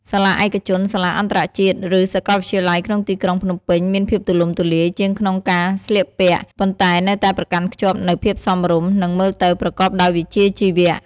សាលាឯកជន សាសាអន្តរជាតិ ឬ សកលវិទ្យាល័យក្នុងទីក្រុងភ្នំពេញមានភាពទូលំទូលាយជាងក្នុងការស្លៀកពាក់ ប៉ុន្តែនៅតែប្រកាន់ខ្ជាប់នៅភាពសមរម្យ និង មើលទៅប្រកបដោយវិជ្ជាជីវៈ។